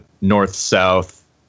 north-south